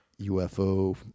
UFO